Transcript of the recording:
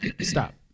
stop